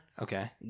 Okay